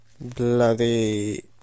bloody